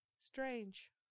Strange